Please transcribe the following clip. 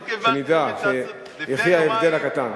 יחי ההבדל הקטן.